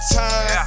time